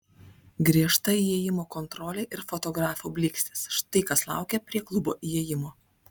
griežta įėjimo kontrolė ir fotografų blykstės štai kas laukė prie klubo įėjimo